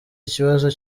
ikibazo